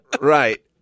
right